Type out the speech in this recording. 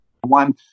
one